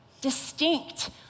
distinct